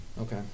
Okay